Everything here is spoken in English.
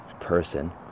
person